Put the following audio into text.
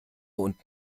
und